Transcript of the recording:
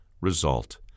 result